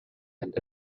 and